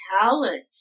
talent